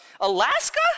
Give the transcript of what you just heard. alaska